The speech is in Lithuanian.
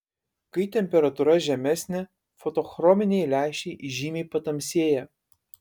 kai temperatūra žemesnė fotochrominiai lęšiai žymiai patamsėja